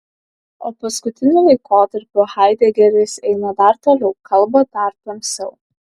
o paskutiniu laikotarpiu haidegeris eina dar toliau kalba dar tamsiau